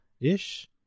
ish